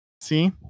See